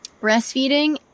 breastfeeding